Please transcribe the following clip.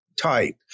type